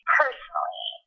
personally